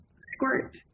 Squirt